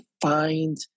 find